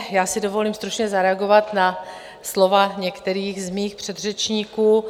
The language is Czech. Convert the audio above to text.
Já si dovolím stručně zareagovat na slova některých z mých předřečníků.